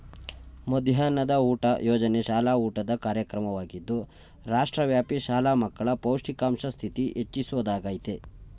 ಮಧ್ಯಾಹ್ನದ ಊಟ ಯೋಜನೆ ಶಾಲಾ ಊಟದ ಕಾರ್ಯಕ್ರಮವಾಗಿದ್ದು ರಾಷ್ಟ್ರವ್ಯಾಪಿ ಶಾಲಾ ಮಕ್ಕಳ ಪೌಷ್ಟಿಕಾಂಶ ಸ್ಥಿತಿ ಹೆಚ್ಚಿಸೊದಾಗಯ್ತೆ